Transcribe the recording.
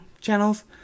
channels